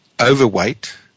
overweight